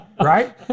right